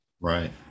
Right